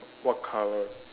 what colour